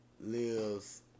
lives